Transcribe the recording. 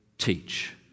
teach